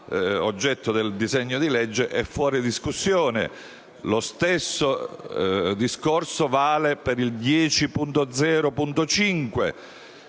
oggetto del disegno di legge è fuori discussione. Lo stesso discorso vale per gli